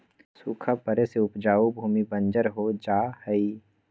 सूखा पड़े से उपजाऊ भूमि बंजर हो जा हई